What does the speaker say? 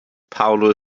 paulo